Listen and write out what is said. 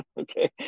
Okay